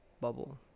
bubble